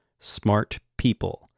SMARTPeople